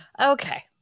Okay